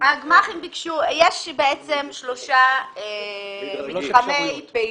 יש בעצם שלושה מתחמי פעילות.